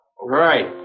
Right